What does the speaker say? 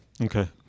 Okay